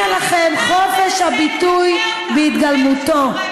הנה לכם חופש הביטוי בהתגלמותו,